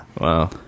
Wow